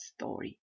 story